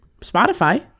Spotify